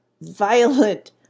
violent